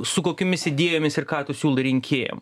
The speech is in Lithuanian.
su kokiomis idėjomis ir ką tu siūlai rinkėjam